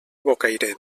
bocairent